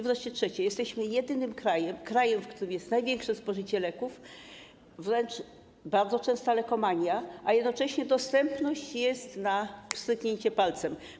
Wreszcie trzecia kwestia: jesteśmy krajem, w którym jest największe spożycie leków, wręcz bardzo często lekomania, a jednocześnie dostępność jest na pstryknięcie palcami.